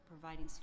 providing